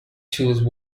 choose